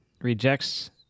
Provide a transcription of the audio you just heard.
Rejects